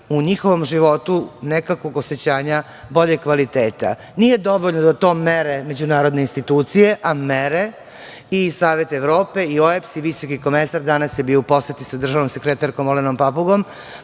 u njihovom životu nekakvog osećanja boljeg kvaliteta. Nije dovoljno da to mere međunarodne institucije, a mere i Savet Evrope i OEBS i Visoki komesar, danas je bio u poseti sa državnom sekretarkom Olenom Papugom,